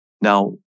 Now